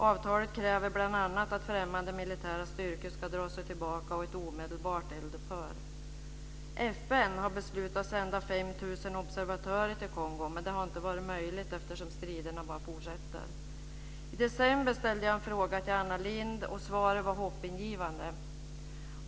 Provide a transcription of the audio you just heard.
Avtalet kräver bl.a. att främmande militära styrkor ska dra sig tillbaka och ett omedelbart eldupphör. FN har beslutat sända 5 000 observatörer till Kongo. Men det har inte varit möjligt, eftersom striderna bara fortsätter. I december ställde jag en fråga till Anna Lindh. Svaret var hoppingivande.